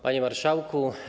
Panie Marszałku!